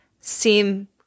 seem